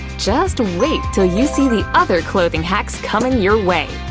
just wait til you see the other clothing hacks comin your way!